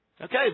Okay